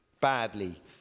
badly